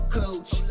coach